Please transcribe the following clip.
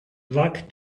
luck